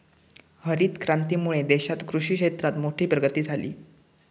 हरीत क्रांतीमुळे देशात कृषि क्षेत्रात मोठी प्रगती झाली